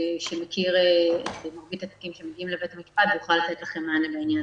שמכיר את מרבית התיקים שמגיעים לבית המשפט ויוכל לתת לכם מענה בעניין.